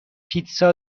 پیتزا